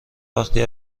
وقتی